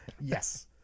Yes